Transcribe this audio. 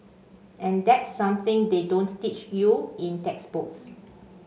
and that's something they don't teach you in textbooks